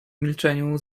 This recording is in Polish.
milczeniu